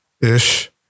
ish